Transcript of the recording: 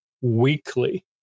weekly